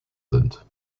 sind